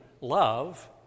love